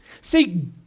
See